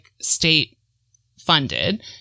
state-funded